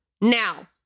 now